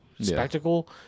spectacle